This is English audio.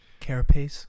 carapace